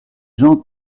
jean